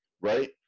right